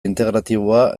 integratiboa